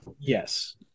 Yes